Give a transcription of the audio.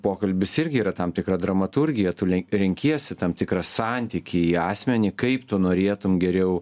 pokalbis irgi yra tam tikra dramaturgija tu len renkiesi tam tikrą santykį asmenį kaip tu norėtum geriau